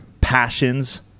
passions